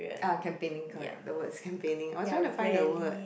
ah campaigning correct the word is campaigning I was trying to find the word